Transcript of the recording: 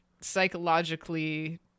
psychologically